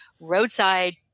roadside